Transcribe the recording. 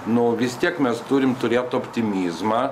nu vis tiek mes turim turėt optimizmą